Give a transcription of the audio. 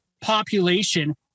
population